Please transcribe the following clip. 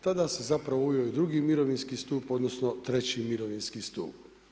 Tada se zapravo ulio u II. mirovinski stup odnosno III. mirovinski stup.